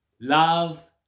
Love